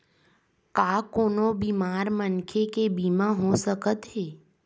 का कोनो बीमार मनखे के बीमा हो सकत हे?